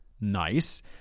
Nice